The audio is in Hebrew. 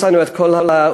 יש לנו את כל העובדות,